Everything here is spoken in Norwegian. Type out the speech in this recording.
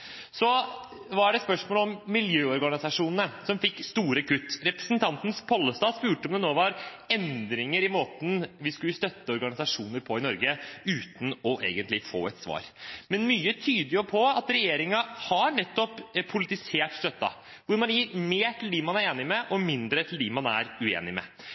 Så var det et spørsmål om miljøorganisasjonene som fikk store kutt. Representanten Pollestad spurte om det nå er endringer i måten vi skal støtte organisasjoner på i Norge, uten egentlig å få et svar. Men mye tyder jo på at man har politisert støtten, at man gir mest til dem man er enig med og mindre til dem man er uenig med.